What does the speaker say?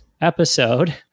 episode